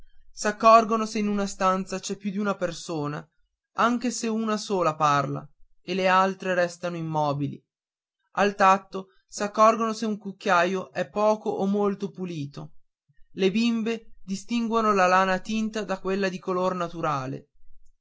anni s'accorgono se in una stanza c'è più d'una persona anche se una sola parla e le altre restano immobili al tatto s'accorgono se un cucchiaio è poco o molto pulito le bimbe distinguono la lana tinta da quella di color naturale